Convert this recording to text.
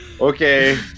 Okay